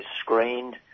screened